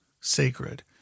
sacred